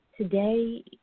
today